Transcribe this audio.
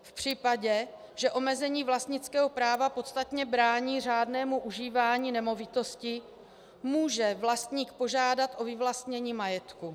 V případě, že omezení vlastnického práva podstatně brání řádnému užívání nemovitosti, může vlastník požádat o vyvlastnění majetku.